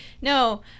No